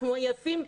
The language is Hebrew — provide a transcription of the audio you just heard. אנחנו עייפים,